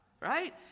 right